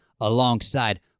alongside